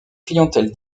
clientèle